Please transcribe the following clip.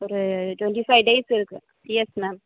ஒரு twenty five days இருக்கு yes ma'am